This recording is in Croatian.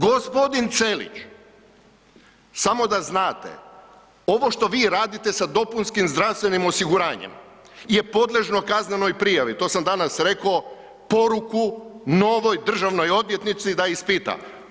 G. Celić, samo da znate, ovo što vi radite sa dopunskim zdravstvenim osiguranjem je podležno kaznenoj prijavi, to sam danas rekao, poruku novoj državnoj odvjetnici da ispita.